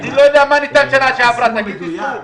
אני לא יודע מה ניתן שנה שעברה, תגיד לי סכום.